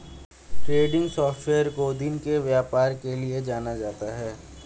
trending software को दिन के व्यापार के लिये जाना जाता है